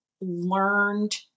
learned